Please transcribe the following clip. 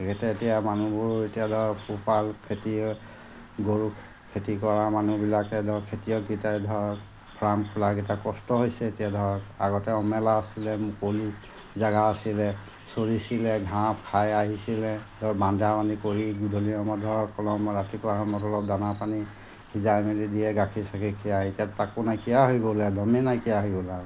তেখেতে এতিয়া মানুহবোৰ এতিয়া ধৰক পোহপাল খেতি গৰু খেতি কৰা মানুহবিলাকে ধৰক খেতিয়ককেইটাই ধৰক ফাৰ্ম খোলা কেইটা কষ্ট হৈছে এতিয়া ধৰক আগতে অমেলা আছিলে মুকলি জেগা আছিলে চৰিছিলে ঘাঁহ খাই আহিছিলে ধৰক বান্ধা বান্ধি কৰি গধূলি সময়ত ধৰক অলপ ৰাতিপুৱা সময়ত অলপ দানা পানী সিজাই মেলি দিয়ে গাখীৰ চাখীৰ খিৰাই এতিয়া তাকো নাইকিয়া হৈ গ'লে একদমে নাইকিয়া হৈ গ'ল আৰু